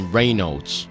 Reynolds